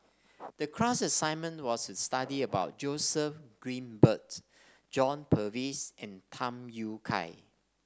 the class assignment was to study about Joseph Grimberg John Purvis and Tham Yui Kai